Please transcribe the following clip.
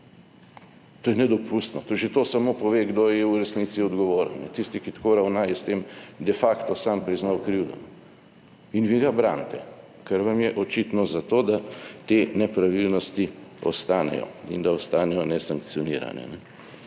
To je nedopustno. Že to samo pove, kdo je v resnici odgovoren. Tisti, ki tako ravna, je s tem de facto sam priznal krivdo. In vi ga branite, ker vam je očitno za to, da te nepravilnosti ostanejo in da ostanejo ne sankcionirane.